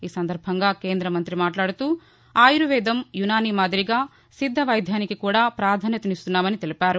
ఈ సందర్భంగా కేంద్ర మంత్రి మాట్లాడుతూ ఆయుద్వేదం యునాని మాదిరిగా సిద్ధ వైద్యానికి కూడా పాధాస్యతనిస్తున్నామని తెలిపారు